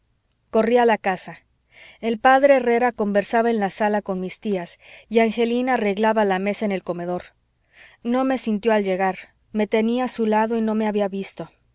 a la casa el p herrera conversaba en la sala con mis tías y angelina arreglaba la mesa en el comedor no me sintió al llegar me tenía a su lado y no me había visto